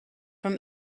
from